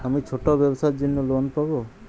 আমি ছোট ব্যবসার জন্য লোন পাব?